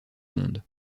monde